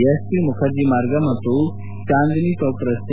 S P Mukherjee Marg ಮತ್ತು ಚಾಂದಿನಿ ಚೌಕ್ ರಸ್ತೆ